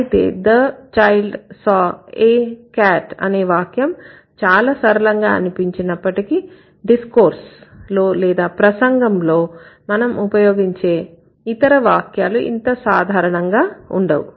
అయితే the child saw a cat అనే వాక్యం చాలా సరళంగా అనిపించినప్పటికీ డిస్కోర్స్ లో లేదా ప్రసంగంలో మనం ఉపయోగించే ఇతర వాక్యాలు ఇంత సాధారణంగా ఉండవు